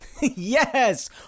Yes